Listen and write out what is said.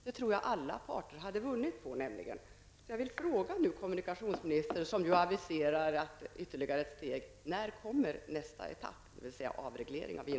Det tror jag nämligen alla parter hade vunnit på.